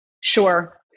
Sure